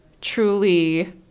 truly